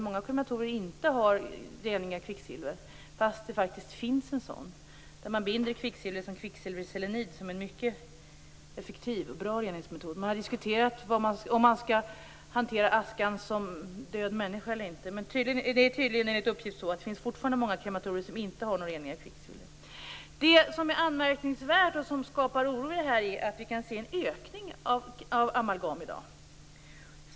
Många krematorier har inte kvicksilverrening, trots att det finns en mycket effektiv och bra reningsmetod som binder kvicksilvret som kvicksilverselenid. Man har diskuterat hur askan från döda människor skall hanteras, men enligt uppgift finns det fortfarande många krematorier som inte har någon rening av kvicksilver. Något som är anmärkningsvärt och som skapar oro är att vi i dag kan se en ökning av amalgamanvändningen.